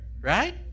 right